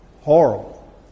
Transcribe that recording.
horrible